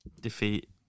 defeat